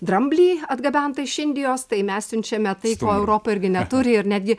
dramblį atgabentą iš indijos tai mes siunčiam tai ko europa irgi neturi ir netgi